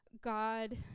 God